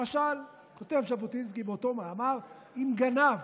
למשל, כותב ז'בוטינסקי באותו מאמר: אם גנב